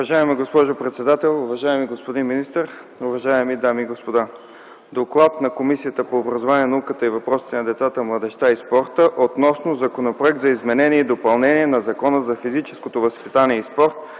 Уважаема госпожо председател, уважаеми господин министър, уважаеми дами и господа! „ДОКЛАД на Комисията по образованието, науката и въпросите на децата, младежта и спорта относно Законопроекта за изменение и допълнение на Закона за физическото възпитание и спорта,